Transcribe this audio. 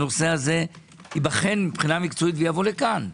הנושא הזה ייבחן מקצועית ויבוא לכאן.